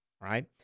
right